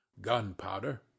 gunpowder